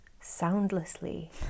soundlessly